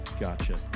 Gotcha